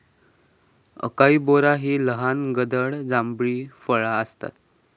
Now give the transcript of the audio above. acai बोरा ही लहान गडद जांभळी फळा आसतत